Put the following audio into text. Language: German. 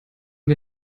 wir